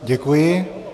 Děkuji.